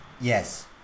Yes